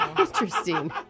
Interesting